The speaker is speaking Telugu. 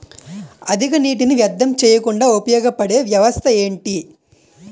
అధిక నీటినీ వ్యర్థం చేయకుండా ఉపయోగ పడే వ్యవస్థ ఏంటి